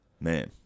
Man